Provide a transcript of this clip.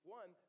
one